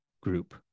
group